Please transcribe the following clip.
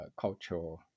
cultural